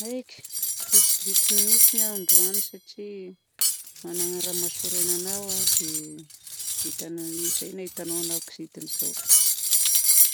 Aika kizikizitina mitsy aho androany satria magnana raha mahasorena anahy aho dia mety izay no ahitanao anahy kizintina izao.